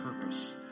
purpose